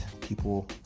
people